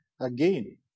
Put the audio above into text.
again